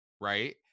right